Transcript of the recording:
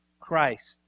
Christ